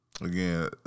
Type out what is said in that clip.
Again